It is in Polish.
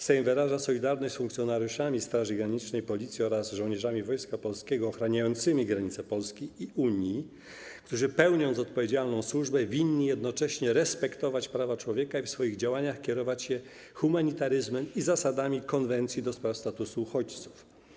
Sejm wyraża solidarność z funkcjonariuszami Straży Granicznej, Policji oraz żołnierzami Wojska Polskiego ochraniającymi granice Polski i Unii, którzy pełniąc odpowiedzialną służbę, winni jednocześnie respektować prawa człowieka i w swoich działaniach kierować się humanitaryzmem i zasadami konwencji do spraw statusu uchodźców.